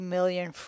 Million